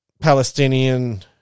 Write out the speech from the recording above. Palestinian